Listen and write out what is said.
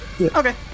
Okay